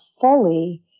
fully